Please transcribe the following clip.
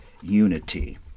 unity